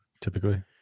typically